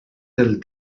del